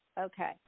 Okay